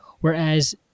Whereas